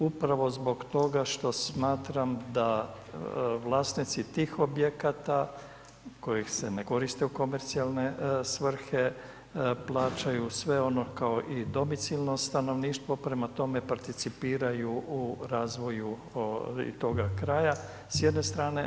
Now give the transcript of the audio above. Upravo zbog toga što smatram da vlasnici tih objekata koji se ne koriste u komercijalne svrhe, plaćaju sve ono kao i domicilno stanovništvo, prema tome, participiraju u razvoju toga kraja, s jedne strane.